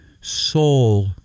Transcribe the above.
soul